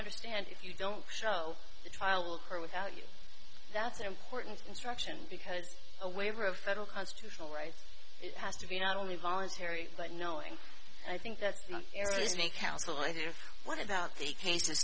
understand if you don't show the trial or without you that's an important instruction because a waiver of federal constitutional rights it has to be not only voluntary but knowing i think that's not eris may counsel i hear what about the case